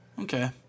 Okay